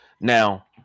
Now